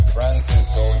Francisco